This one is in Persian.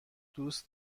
دوست